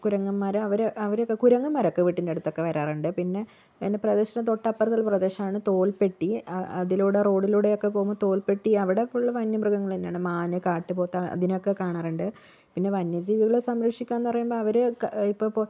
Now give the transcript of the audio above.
കുരങ്ങന്മാർ അവര് അവ കുരങ്ങന്മാർ ഒക്കെ വീട്ടിൻ്റെ അടുത്തൊക്കെ വരാറുണ്ട് പിന്നെ എൻ്റെ പ്രദേശത്തിൻ്റെ തൊട്ടപ്പുറത്തെ പ്രദേശമാണ് തോൽപ്പെട്ടി അതിലൂടെ റോഡിലൂടെ ഒക്കെ പോകുമ്പോൾ തോൽപ്പെട്ടി അവിടെ ഫുൾ വന്യമൃഗങ്ങൾ തന്നെയാണ് മാന് കാട്ടുപോത്ത് അതിനെ ഒക്കെ കാണാറുണ്ട് പിന്നെ വന്യജീവികളെ സംരക്ഷിക്കുക എന്ന് പറയുമ്പോൾ അവര് ഇപ്പൊൾ